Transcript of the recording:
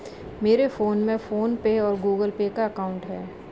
मेरे फोन में फ़ोन पे और गूगल पे का अकाउंट है